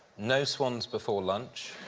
no swans before lunch.